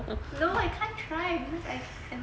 no I can't try because I cannot